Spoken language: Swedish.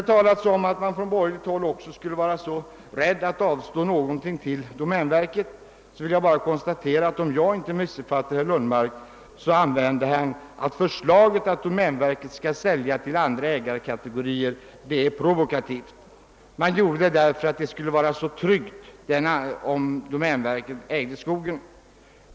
Det har också sagts att man på borgerligt håll skulle vara angelägen om att inte avstå någon skogsmark till domänverket. Jag vill med anledning härav bara konstatera att herr Lundmark, om jag inte missuppfattat honom, använde uttrycket »provokativt« om förslaget att domänverket skall sälja mark till andra ägarkategorier. Det skulle vara så tryggt om domänverket ägde skogen.